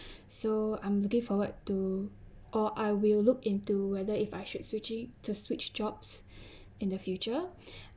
so I'm looking forward to or I will look into whether if I should switch it to switch jobs in the future